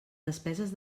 despeses